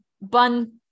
bun